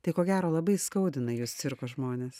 tai ko gero labai skaudina jus cirko žmones